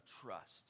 trust